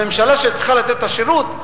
הממשלה שצריכה לתת את השירות,